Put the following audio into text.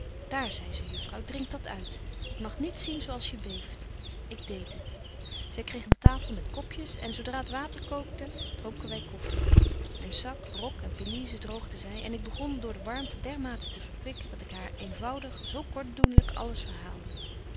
daar zei ze juffrouw drink dat uit ik mag niet zien zo als je beeft ik deed het zy kreeg een tafel met kopjes en zo dra t water kookte dronken wy koffy myn sak rok en pelise droogde zy en ik begon door de warmte dermate te verkwikken dat ik haar eenvoudig zo kort doenlyk alles verhaalde